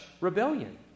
rebellion